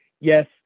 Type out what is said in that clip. Yes